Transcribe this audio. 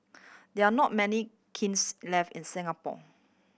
there are not many kilns left in Singapore